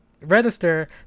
register